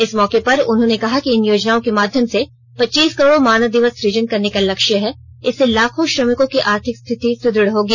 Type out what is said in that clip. इस मौके पर उन्होंने कहा कि इन योजनाओं के माध्यम से पचीस करोड़ मानव दिवस सुजन करने का लक्ष्य है इससे लाखों श्रमिकों की आर्थिक स्थिति सुदृढ़ होगी